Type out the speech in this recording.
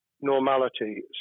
normality